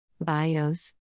Bios